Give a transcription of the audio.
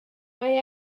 mae